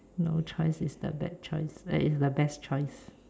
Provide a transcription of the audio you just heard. no choice is the bad choice err is the best choice